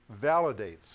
validates